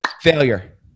Failure